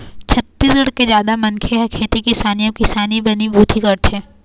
छत्तीसगढ़ के जादा मनखे ह खेती किसानी अउ किसानी बनी भूथी करथे